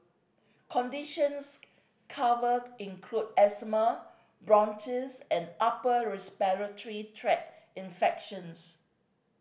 conditions covered include asthma bronchitis and upper respiratory tract infections